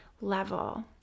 level